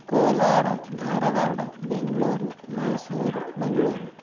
Kolar Dharwad Bengaluru Mysuru Mangaluru